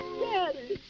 daddy